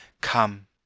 Come